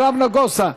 אברהם נגוסה,